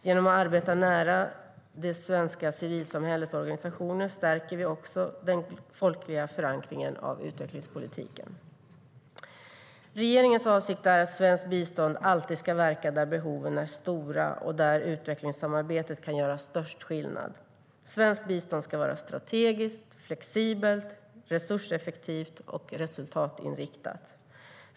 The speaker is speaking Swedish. Genom att arbeta nära det svenska civilsamhällets organisationer stärker vi också den folkliga förankringen av utvecklingspolitiken. Regeringens avsikt är att svenskt bistånd alltid ska verka där behoven är stora och där utvecklingssamarbetet kan göra störst skillnad. Svenskt bistånd ska vara strategiskt, flexibelt, resurseffektivt och resultatinriktat.